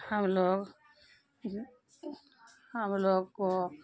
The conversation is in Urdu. ہم لوگ ہم لوگ کو